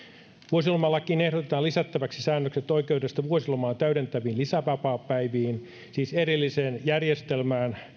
vuosilomalakiin ehdotetaan lisättäväksi säännökset oikeudesta vuosilomaa täydentäviin lisävapaapäiviin siis erilliseen järjestelmään